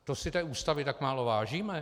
To si té Ústavy tak málo vážíme?